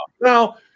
Now